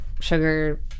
Sugar